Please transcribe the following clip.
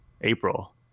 April